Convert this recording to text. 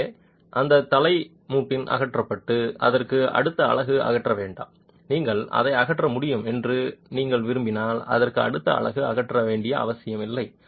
எனவே அந்த தலை மூட்டு அகற்றப்பட்டு அதற்கு அடுத்த அலகு அகற்ற வேண்டாம் நீங்கள் அதை அகற்ற முடியும் என்று நீங்கள் விரும்பினால் அதற்கு அடுத்த அலகு அகற்ற வேண்டிய அவசியமில்லை